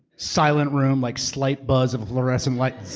silent room. like slight buzz of a fluorescent light.